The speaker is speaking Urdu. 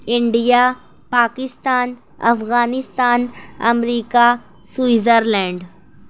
India Pakistan Afghanistan America Switzerland